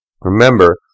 Remember